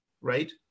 right